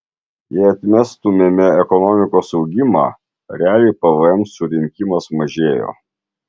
jei atmestumėme ekonomikos augimą realiai pvm surinkimas mažėjo